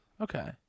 okay